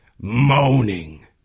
Moaning